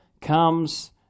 comes